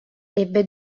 ebbe